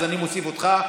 אז אני מוסיף אותך.